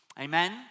Amen